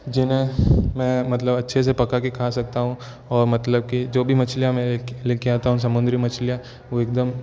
जिन्हें मैं मतलब अच्छे से पकाके खा सकता हूँ और मतलब कि जो भी मछलियाँ मैं लेके आता हूँ समुन्द्री मछलियाँ वो एकदम